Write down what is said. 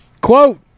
Quote